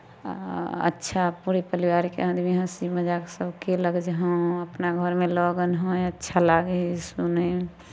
अच्छा पूरे परिवारके आदमी हँसी मजाक सभ कयलक जे हँ अपना घरमे लगन हइ अच्छा लागै हइ सुनैमे